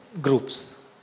groups